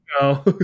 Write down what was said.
No